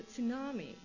tsunami